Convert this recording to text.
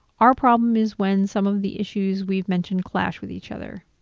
our problem is when some of the issues we've mentioned clash with each other.